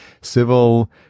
civil